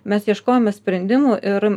mes ieškojome sprendimų ir